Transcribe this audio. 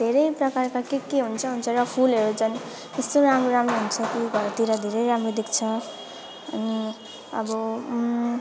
धेरै प्रकारका के के हुन्छ हुन्छ र फुलहरू झन् यस्तो राम्रो राम्रो हुन्छ कि घरतिर धेरै राम्रो देख्छ अनि अब